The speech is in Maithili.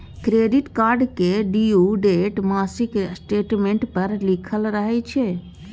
क्रेडिट कार्डक ड्यु डेट मासिक स्टेटमेंट पर लिखल रहय छै